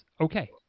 okay